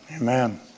Amen